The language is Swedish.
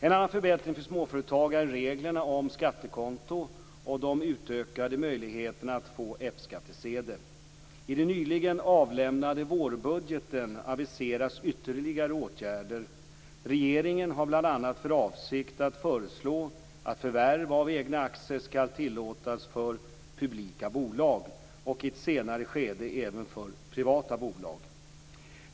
En annan förbättring för småföretagare är reglerna om skattekonto och de utökade möjligheterna att få F I den nyligen avlämnade vårbudgeten aviseras ytterligare åtgärder. Regeringen har bl.a. för avsikt att föreslå att förvärv av egna aktier skall tillåtas för publika bolag, och i ett senare skede även för privata bolag.